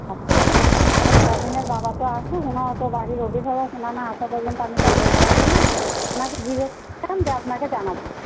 আচ্ছা তো শাবিনার বাবা তো আসুক ওনারা তো বাড়ির অভিভাবক ওনারা না আসা পর্যন্ত আমি তো বলতে পারছি না ওনাকে জিজ্ঞেস করে দিয়ে আপনাকে জানাব